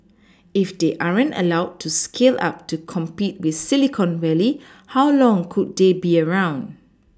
if they aren't allowed to scale up to compete with Silicon Valley how long could they be around